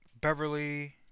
Beverly